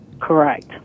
Correct